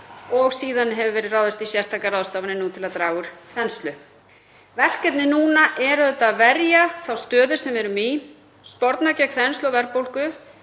og síðan hefur verið ráðist í sérstakar ráðstafanir nú til að draga úr þenslu. Verkefnið núna er að verja þá stöðu sem við erum í, sporna gegn þenslu og verðbólgu,